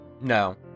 No